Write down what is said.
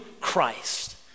Christ